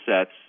sets